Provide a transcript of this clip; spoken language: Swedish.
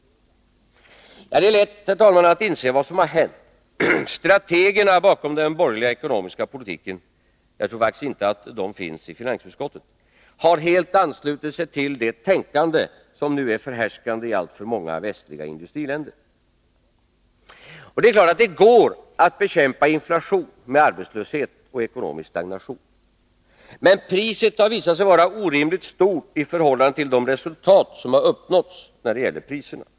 Det är vad man menar. Det är lätt att inse vad som har hänt. Strategerna bakom den borgerliga ekonomiska politiken — jag tror faktiskt inte att de finns i finansutskottet — har helt anslutit sig till det tänkande som nu är förhärskande i alltför många västliga industriländer. Och visst går det att bekämpa inflation med arbetslöshet och ekonomisk stagnation. Men priset har visat sig vara orimligt högt i förhållande till de resultat som uppnåtts när det gäller priserna.